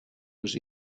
was